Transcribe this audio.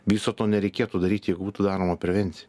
viso to nereikėtų daryti jeigu būtų daroma prevencija